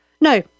no